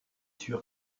sûr